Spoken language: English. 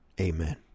Amen